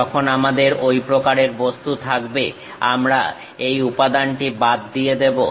যখন আমাদের ঐ প্রকারের বস্তু থাকবে আমরা এই উপাদানটি বাদ দিয়ে দেবো